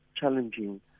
challenging